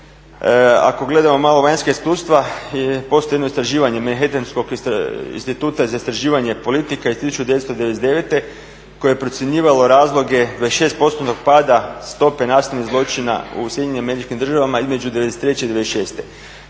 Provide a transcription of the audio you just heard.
Ako gledamo malo vanjska iskustva postoji jedno istraživanje Manhattenskog instituta za istraživanje "Politika" iz 1999. koje je procjenjivalo razloge 26 postotnog pada stope nastalih zločina u SAD-u između '93. i '96.